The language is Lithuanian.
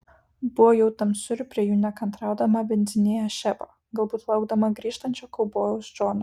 buvo jau tamsu ir prie jų nekantraudama bindzinėjo šeba galbūt laukdama grįžtančio kaubojaus džono